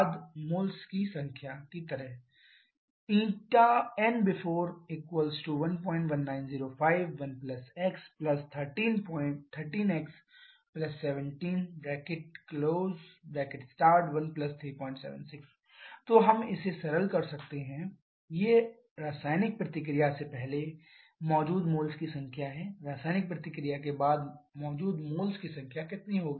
पहले मोल्स की संख्या की तरह nbefore 11905 1 x 13x 17 1 376 तो हम इसे सरल कर सकते हैं ये रासायनिक प्रतिक्रिया से पहले मौजूद मोल्स की संख्या है रासायनिक प्रतिक्रिया के बाद मौजूद मोल्स की संख्या कितनी होगी